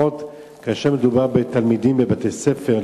לפחות כאשר מדובר בתלמידים בבתי-ספר,